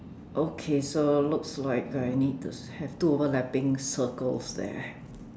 okay so looks like I need to have two overlapping circles there